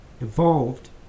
evolved